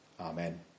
Amen